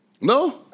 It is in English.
No